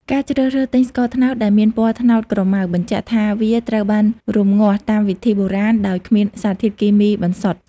ការជ្រើសរើសទិញស្ករត្នោតដែលមានពណ៌ត្នោតក្រមៅ បញ្ជាក់ថាវាត្រូវបានរំងាស់តាមវិធីបុរាណដោយគ្មានសារធាតុគីមីបន្សុទ្ធ។